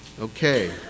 okay